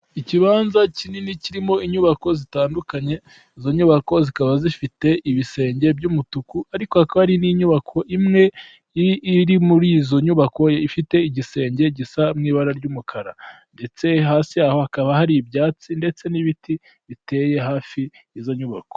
Ikibanza kinini kirimo inyubako zitandukanye, izo nyubako zikaba zifite ibisenge by'umutuku ariko hakaba hari n'inyubako imwe iri muri izo nyubako ifite igisenge gisa mu ibara ry'umukara, ndetse hasi yaho hakaba hari ibyatsi ndetse n'ibiti biteye hafi y'izo nyubako.